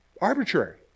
arbitrary